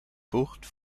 bucht